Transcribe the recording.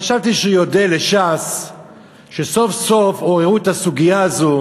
חשבתי שהוא יודה לש"ס שסוף-סוף עוררו את הסוגיה הזו,